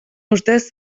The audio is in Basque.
ustez